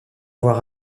avoir